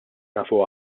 nafu